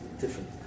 different